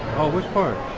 oh, which part?